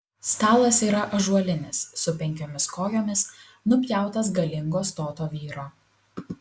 stalas yra ąžuolinis su penkiomis kojomis nupjautas galingo stoto vyro